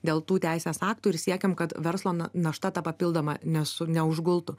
dėl tų teisės aktų ir siekiam kad verslo našta ta papildoma neužgultų